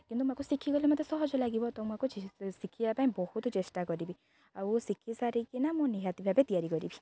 କିନ୍ତୁ ମୁଁ ଏହାକୁ ଶିଖିଗଲେ ମୋତେ ସହଜ ଲାଗିବ ତ ମୁଁ ଏହାକୁ ଶିଖିବା ପାଇଁ ବହୁତ ଚେଷ୍ଟା କରିବି ଆଉ ଶିଖିସାରିକିନା ମୁଁ ନିହାତି ଭାବେ ତିଆରି କରିବି